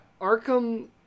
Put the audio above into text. Arkham